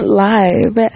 live